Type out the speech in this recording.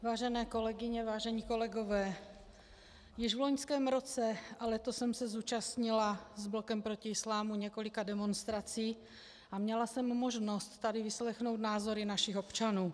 Vážené kolegyně, vážení kolegové, již v loňském roce a letos jsem se zúčastnila proti islámu několika demonstrací a měla jsem možnost tady vyslechnout názory našich občanů.